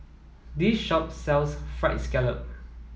this shop sells fried scallop